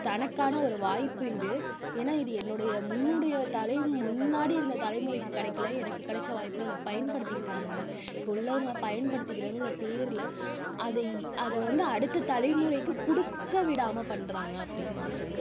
தனக்கான ஒரு வாய்ப்பு இது ஏன்னால் இது என்னுடைய முன்னுடைய தலை முன்னாடி இருந்த தலைமுறைக்கு கிடைக்கல எனக்கு கிடைச்ச வாய்ப்புன்னு அதை பயன்படுத்திகிட்டாங்க இப்போ உள்ளவங்க பயன்படுத்திக்கிறங்கிற பேயருல அதை அதை வந்து அடுத்த தலைமுறைக்கு கொடுக்க விடாமல் பண்ணுறாங்க அப்படின்னு நான் சொல்லுவேன்